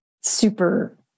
super